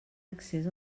accés